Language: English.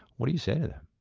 what do you say to them?